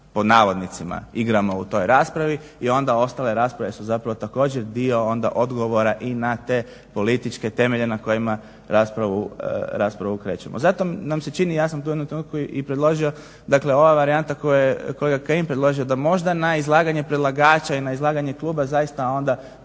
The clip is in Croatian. na kojima "igramo" u toj raspravi i onda ostale rasprave su zapravo također dio onda odgovora i na te političke temelje na kojima raspravu krećemo. Zato nam se čini, ja sam u jednom trenutku i predložio, dakle ova varijanta koju je Kajin predložio, da možda na izlaganje predlagača i na izlaganje kluba zaista onda